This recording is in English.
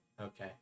Okay